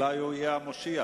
אולי הוא יהיה המושיע.